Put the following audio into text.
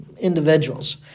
individuals